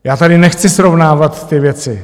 Já tady nechci srovnávat ty věci.